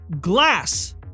glass